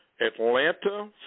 Atlanta